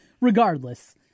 Regardless